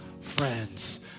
friends